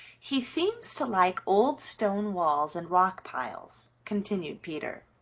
he seems to like old stone walls and rock piles, continued peter,